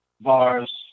bars